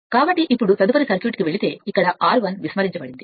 కాబట్టి ఇప్పుడు తదుపరి సర్క్యూట్కు వెళితే ఇక్కడ R నిర్లక్ష్యం చేయబడింది